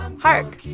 Hark